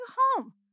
home